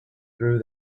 through